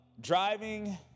driving